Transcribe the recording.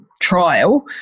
trial